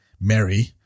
mary